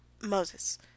Moses